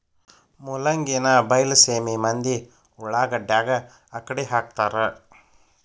ಮೂಲಂಗಿನಾ ಬೈಲಸೇಮಿ ಮಂದಿ ಉಳಾಗಡ್ಯಾಗ ಅಕ್ಡಿಹಾಕತಾರ